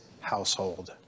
household